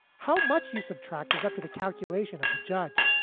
how much you subtract is up to the calculation of the judge.